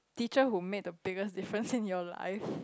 teacher who made the biggest difference in your life